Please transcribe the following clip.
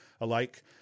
alike